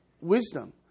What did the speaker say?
wisdom